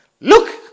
Look